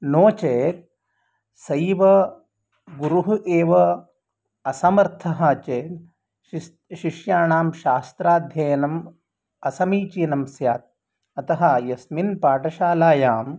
नो चेत् सः एव गुरुः एव असमर्थः चेत् शिष्याणां शास्त्राध्ययनम् असमीचीनं स्यात् अतः यस्मिन् पाठशालायां